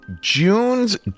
June's